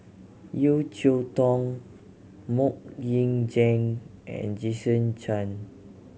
Yeo Cheow Tong Mok Ying Jang and Jason Chan